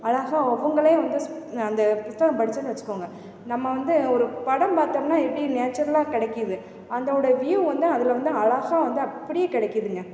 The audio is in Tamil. அழகா அவங்களே வந்து சு அந்த புத்தகம் படித்தேன்னு வச்சுக்கோங்க நம்ம வந்து ஒரு படம் பார்த்தோம்னா எப்படி நேச்சுரலாக கிடைக்கிது அந்தவோடய வியூ வந்து அதில் வந்து அழகா வந்து அப்படியே கிடைக்கிதுங்க